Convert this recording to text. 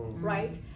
right